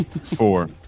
four